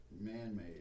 Man-made